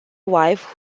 wife